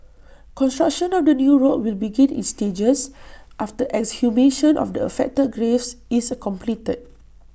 construction of the new road will begin in stages after exhumation of the affected graves is completed